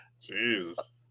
Jesus